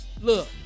look